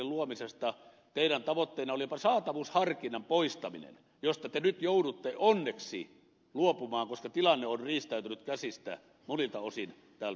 teidän tavoitteenanne oli jopa saatavuusharkinnan poistaminen josta te nyt joudutte onneksi luopumaan koska tilanne on tältä osin riistäytynyt käsistä monilta osin